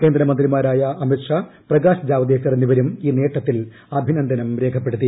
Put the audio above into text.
കേന്ദ്രമന്ത്രിമാരായ അമിത് ഷാ പ്രകാശ് ജാവദേക്കർ എന്നിവരും ഈ നേട്ടത്തിൽ അഭിനന്ദനം രേഖപ്പെടുത്തി